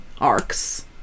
arcs